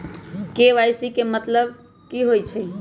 KYC के कि मतलब होइछइ?